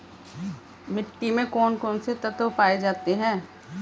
मिट्टी में कौन कौन से तत्व पाए जाते हैं?